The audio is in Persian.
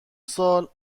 سال